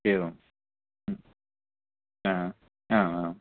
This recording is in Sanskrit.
एवं अ आम् आम्